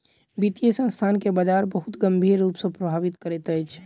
वित्तीय संस्थान के बजार बहुत गंभीर रूप सॅ प्रभावित करैत अछि